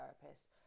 therapist